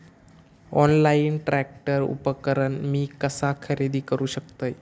Online tractor उपकरण मी कसा खरेदी करू शकतय?